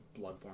Bloodborne